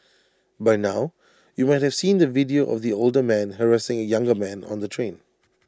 by now you might have seen the video of the older man harassing A younger man on the train